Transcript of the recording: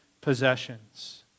possessions